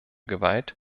gewalt